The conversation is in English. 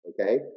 Okay